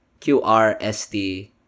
QRST